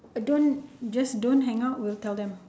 don't just don't hang up we'll tell them